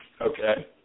Okay